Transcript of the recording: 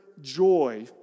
joy